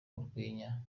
urwenya